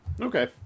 Okay